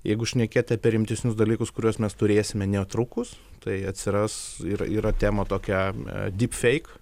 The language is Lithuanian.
jeigu šnekėt apie rimtesnius dalykus kuriuos mes turėsime netrukus tai atsiras ir yra tema tokia dypfeik